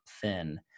thin